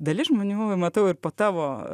dalis žmonių matau ir po tavo